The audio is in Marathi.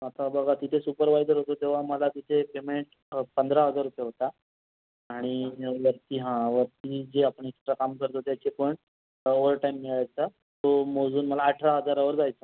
आता बघा तिथे सुपरवायजर होतो तेव्हा मला तिथे पेमेंट पंधरा हजार रुपये होता आणि वरती हां वरती जे आपण एक्स्ट्रा काम करतो त्याचे पण ओवरटाईम मिळायचा तो मोजून मला अठरा हजारावर जायचा